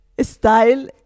Style